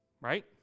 right